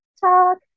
Talk